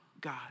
God